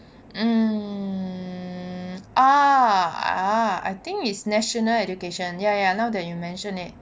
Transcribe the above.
mm ah I think it's national education ya ya now that you mention it